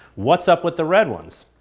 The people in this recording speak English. what's up with the red ones.